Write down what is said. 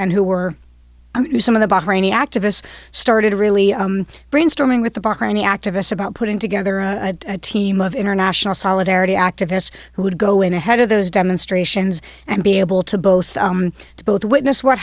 and who were some of the bahraini activists started really brainstorming with the bahraini activists about putting together a team of international solidarity activists who would go in ahead of those demonstrations and be able to both to both witness what